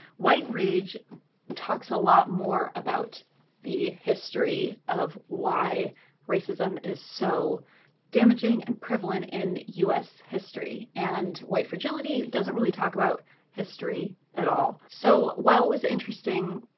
white rage talks a lot more about the history of why racism is so damaging and prevalent in us history. and white fragility doesn't really talk about history at all. so while it was interesting,